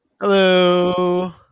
Hello